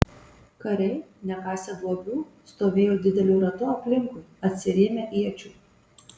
kariai nekasę duobių stovėjo dideliu ratu aplinkui atsirėmę iečių